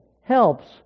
Helps